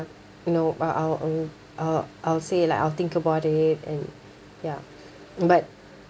no uh I'll I'll I'll I'll say like I'll think about it and ya but